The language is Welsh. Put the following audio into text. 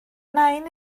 nain